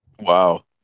Wow